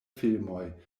filmoj